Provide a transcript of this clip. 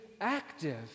active